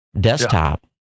desktop